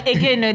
Again